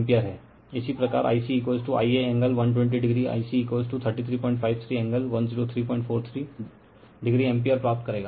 इसी प्रकार Ic Iaएंगल120o Ic 3353 एंगल10343o एम्पीयर प्राप्त करेगा